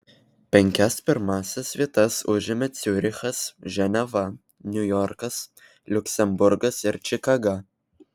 penkias pirmąsias vietas užėmė ciurichas ženeva niujorkas liuksemburgas ir čikaga